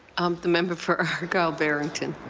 um the member for argyle-barrington.